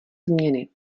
změny